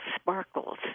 sparkles